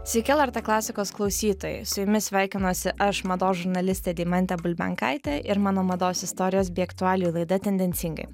sveiki lrt klasikos klausytojai su jumis sveikinuosi aš mados žurnalistė deimantė bulbenkaitė ir mano mados istorijos bei aktualijų laida tendencingai